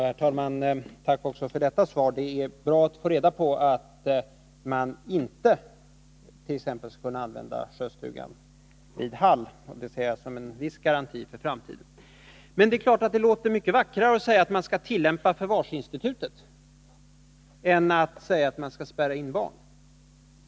Herr talman! Tack också för detta svar. Det är bra att vi får reda på att man inte skall kunna använda t.ex. Sjöstugan i Hall. Det ser jag som en viss garanti för framtiden. Men det är klart att det låter mycket vackrare att säga att man skall tillämpa förvarsinstitutet än att säga att man skall spärra in barn.